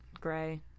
gray